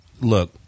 Look